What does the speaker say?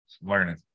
Learning